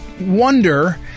wonder